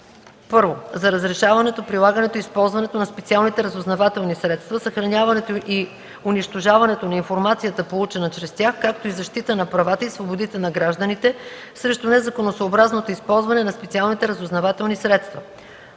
1. за разрешаването, прилагането и използването на специалните разузнавателни средства, съхраняването и унищожаването на информацията, получена чрез тях, както и защита на правата и свободите на гражданите срещу незаконосъобразното използване на специалните разузнавателни средства;